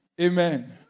Amen